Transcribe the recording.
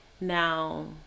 Now